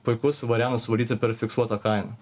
puikus variantas suvaldyti per fiksuotą kainą